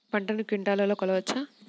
పంటను క్వింటాల్లలో కొలవచ్చా?